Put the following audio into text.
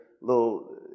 little